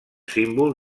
símbol